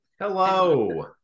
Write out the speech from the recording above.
Hello